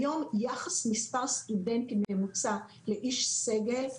היום היחס של מספר סטודנטים ממוצע לאיש סגל,